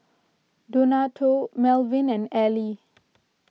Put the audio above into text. Donato Melvin and Ally